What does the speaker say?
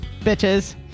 bitches